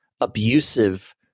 abusive